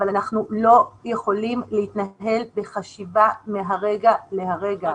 אבל אנחנו לא יכולים להתנהל בחשיבה מרגע לרגע,